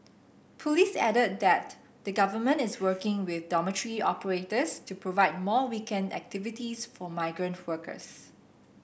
police added that the Government is working with dormitory operators to provide more weekend activities for migrant workers